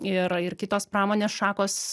ir ir kitos pramonės šakos